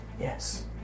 Yes